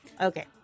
Okay